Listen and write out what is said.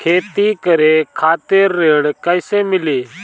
खेती करे खातिर ऋण कइसे मिली?